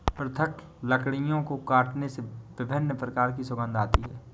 पृथक लकड़ियों को काटने से विभिन्न प्रकार की सुगंध आती है